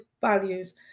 values